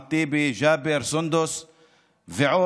אחמד טיבי, ג'אבר, סונדוס ועוד,